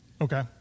Okay